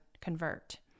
convert